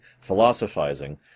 philosophizing